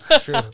True